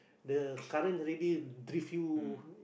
the current already drift you